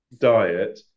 diet